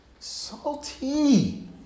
Salty